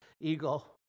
eagle